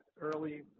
early